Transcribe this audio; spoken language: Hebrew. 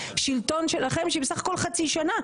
השלטון שלכם שהיא בסך הכול חצי שנה.